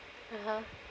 mmhmm